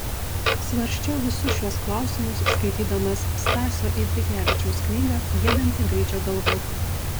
svarsčiau visus šiuos klausimus skaitydamas stasio eidrigevičiaus knygą giedanti gaidžio galva